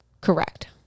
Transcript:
Correct